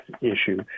issue